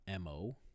MO